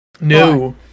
No